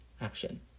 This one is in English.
action